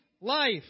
life